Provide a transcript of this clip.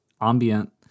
ambient